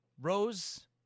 Rose